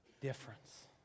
difference